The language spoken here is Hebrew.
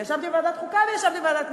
וישבתי בוועדת החוקה וישבתי בוועדת הכנסת,